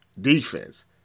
defense